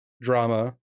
drama